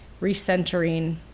recentering